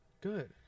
Good